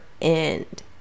end